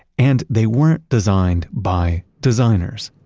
and they weren't designed by designers.